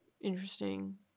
Interesting